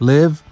Live